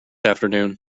afternoon